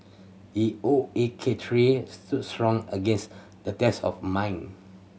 the O A K tree stood strong against the test of mine